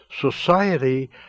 Society